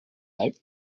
out